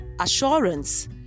assurance